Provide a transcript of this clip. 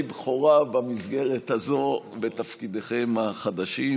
בכורה במסגרת הזאת בתפקידיכם החדשים,